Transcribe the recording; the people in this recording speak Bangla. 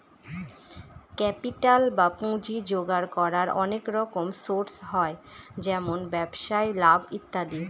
ক্যাপিটাল বা পুঁজি জোগাড় করার অনেক রকম সোর্স হয় যেমন ব্যবসায় লাভ ইত্যাদি